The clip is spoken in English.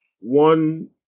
one